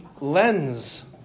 lens